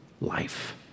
life